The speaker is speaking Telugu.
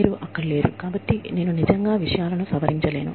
మీరు అక్కడ లేరు కాబట్టి నేను నిజంగా విషయాలను సవరించలేను